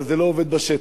אבל זה לא עובד בשטח,